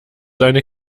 seine